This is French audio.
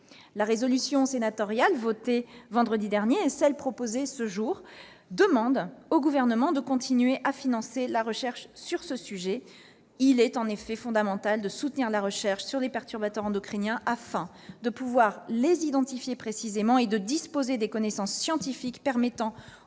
La résolution sénatoriale qui a été votée vendredi dernier, comme la résolution qui est proposée aujourd'hui, vise à demander au Gouvernement de continuer à financer la recherche sur ce sujet. Il est en effet fondamental de soutenir la recherche sur les perturbateurs endocriniens, afin de pouvoir les identifier précisément et de disposer des connaissances scientifiques permettant